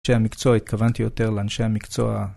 אנשי המקצוע התכוונתי יותר לאנשי המקצוע.